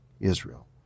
Israel